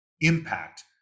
impact